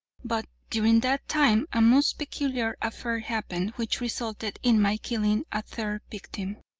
but during that time a most peculiar affair happened, which resulted in my killing a third victim.